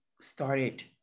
started